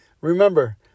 Remember